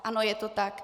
Ano je to tak.